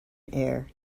air